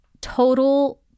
total